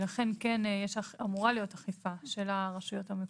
לכן כן אמורה להיות אכיפה של הרשויות המקומיות.